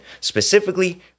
specifically